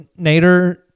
Nader